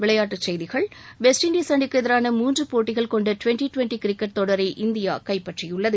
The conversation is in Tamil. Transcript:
விளையாட்டுச்செய்திகள் வெஸ்ட் இண்டஸ் அணிக்கு எதிரான மூன்று போட்டிகள் கொண்ட ட்வெண்ட்டி ட்வெண்ட்டி கிரிக்கெட் தொடரை இந்தியா கைப்பற்றியுள்ளது